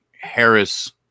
Harris